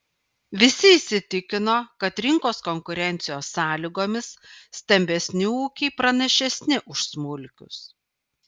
visi įsitikino kad rinkos konkurencijos sąlygomis stambesni ūkiai pranašesni už smulkius